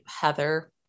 heather